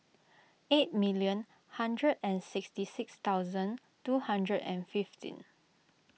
eight million one hundred and sixty six thousand two hundred and fifteen